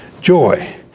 Joy